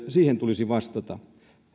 siihen tulisi vastata